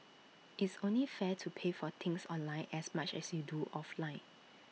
it's only fair to pay for things online as much as you do offline